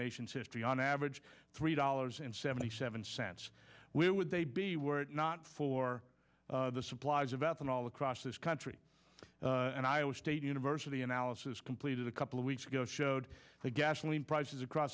nation's history on average three dollars and seventy seven cents where would they be were it not for the supplies of ethanol across this country and i will state university analysis completed a couple of weeks ago showed the gasoline prices across